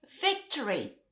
victory